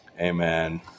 Amen